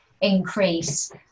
increase